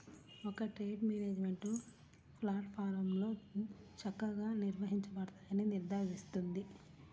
ఒక trade management ప్లాట్ఫారమ్లో చక్కగా నిర్వహించబడతాయని నిర్ధారిస్తుంది